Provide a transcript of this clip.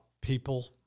people